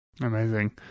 Amazing